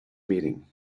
meeting